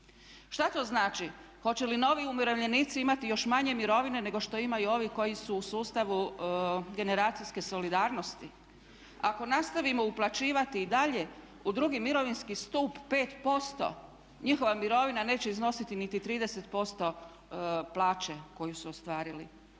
Šta to znači? Hoće li novi umirovljenici imati još manje mirovine nego što imaju ovi koji su u sustavu generacijske solidarnosti. Ako nastavimo uplaćivati i dalje u drugi mirovinski stup 5% njihova mirovina neće iznositi niti 30% plaće koju su ostvarili.